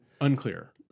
Unclear